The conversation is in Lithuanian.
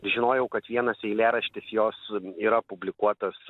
žinojau kad vienas eilėraštis jos yra publikuotas